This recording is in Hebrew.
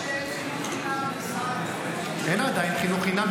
תן חינוך חינם --- אין עדיין חינוך חינם,